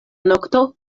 nokto